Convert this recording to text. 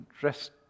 dressed